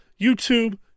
YouTube